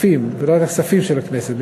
הכספים של הכנסת,